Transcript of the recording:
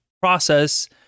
process